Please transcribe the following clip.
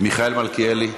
מיכאל מלכיאלי,